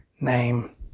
name